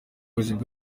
ubuyobozi